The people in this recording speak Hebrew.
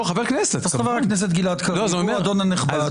חבר הכנסת גלעד קריב, הוא האדון הנכבד.